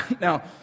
Now